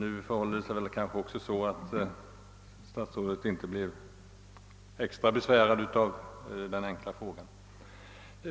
Min enkla fråga förorsakade dock kanske inte något extra besvär för statsrådet.